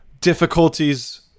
difficulties